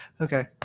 Okay